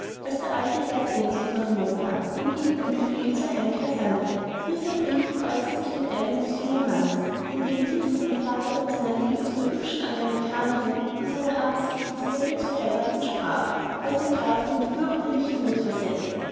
als der alte herr sehnsucht nach ihm empfand und ihm den befehl zur heimkehr sandte dieser brief kreuzte sich mit einem des jungen mannes in dem dieser dem vater von seiner liebe zu der hübschen amerikanerin und seiner absicht dieselbe zu heiraten sprach was den grafen in fürchterliche wut versetzte